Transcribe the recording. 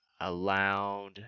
allowed